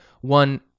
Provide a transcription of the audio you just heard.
one